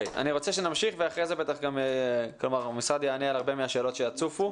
אנחנו נמשיך ואחר כך המשרד יענה על הרבה מהשאלות שיצופו.